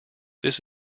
this